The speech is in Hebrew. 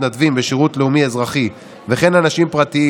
מתנדבים בשירות לאומי-אזרחי וכן אנשים פרטיים